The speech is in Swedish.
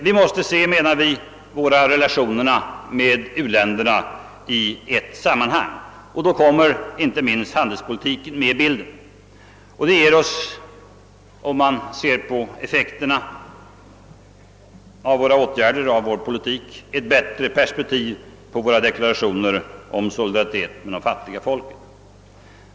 Vi måste sätta in relationerna med u-länderna i ett enda sammanhang, och då kommer inte minst handelspolitiken med in i bilden. Om vi ser till effekterna av våra åtgärder och vår politik, ger det oss ett bättre perspektiv på våra deklarationer om solidaritet med de fattiga folken.